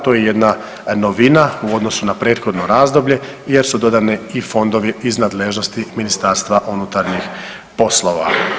To je jedna novina u odnosu na prethodno razdoblje jer su dodani i fondovi iz nadležnosti Ministarstva unutarnjih poslova.